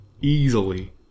easily